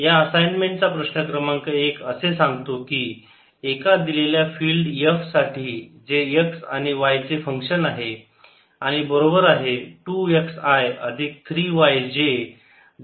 या असाइनमेंट चा प्रश्न क्रमांक एक असे सांगतो की एका दिलेल्या फिल्ड F साठी जे x आणि y चे फंक्शन आहे आणि बरोबर आहे 2xi अधिक3 y j